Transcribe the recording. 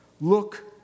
look